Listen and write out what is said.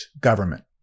government